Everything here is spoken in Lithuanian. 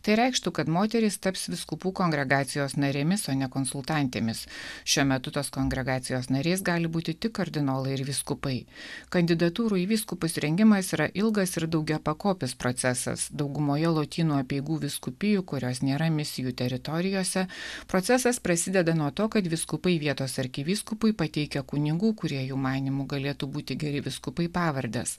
tai reikštų kad moterys taps vyskupų kongregacijos narėmis o ne konsultantėmis šiuo metu tos kongregacijos nariais gali būti tik kardinolai ir vyskupai kandidatūrų į vyskupus rengimas yra ilgas ir daugiapakopis procesas daugumoje lotynų apeigų vyskupijų kurios nėra misijų teritorijose procesas prasideda nuo to kad vyskupai vietos arkivyskupui pateikia kunigų kurie jų manymu galėtų būti geri vyskupai pavardes